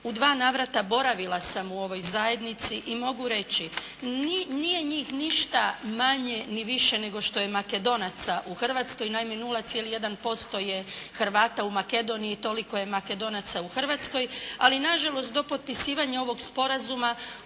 U dva navrata boravila sam u ovoj zajednici i mogu reći, nije njih ništa manje ni više nego što je Makedonaca u Hrvatskoj, naime 0,1% je Hrvata u Makedoniji i toliko je Makedonaca u Hrvatskoj. Ali nažalost do potpisivanja ovoga Sporazuma